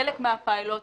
חלק מהפיילוט,